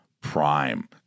prime